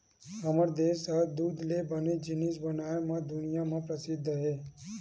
हमर देस ह दूद ले बने जिनिस बनाए म दुनिया म परसिद्ध हे